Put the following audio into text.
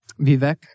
Vivek